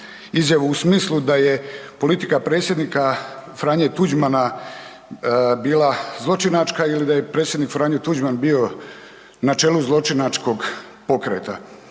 izjavu u smislu da je politika predsjednika Franje Tuđmana bila zločinačka ili da je predsjednik Franjo Tuđman bio na čelu zločinačkog pokreta.